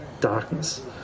darkness